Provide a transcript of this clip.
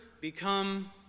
become